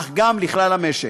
אך גם לכלל המשק.